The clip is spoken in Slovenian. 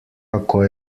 kako